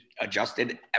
adjusted